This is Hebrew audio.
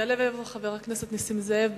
יעלה ויבוא חבר הכנסת נסים זאב,